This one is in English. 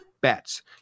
bets